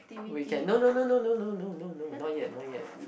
we can no no no no no no no not yet not yet